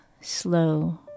slow